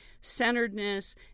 centeredness